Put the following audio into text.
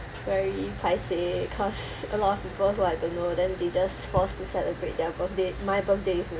very paiseh cause a lot of people who I don't know then they just forced to celebrate their birthday my birthday with me